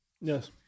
Yes